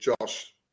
Josh